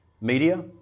Media